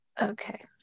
Okay